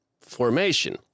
formation